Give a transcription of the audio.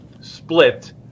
split